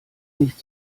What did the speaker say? nicht